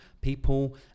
people